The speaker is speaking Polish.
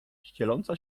ścieląca